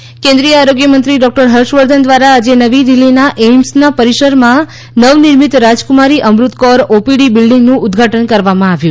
વર્ધન AIIMS કેન્દ્રીય આરોગ્યમંત્રી doctor Harshvardhan દ્વારા આજે નવી દિલ્હીના એઈમ્સના પરિસરમાં નવનિર્મિત રાજકુમારી અમૃત કૌર ઓપીડી બિલ્ડિંગનું ઉદઘાટન કરવામાં આવ્યું